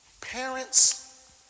parents